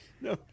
no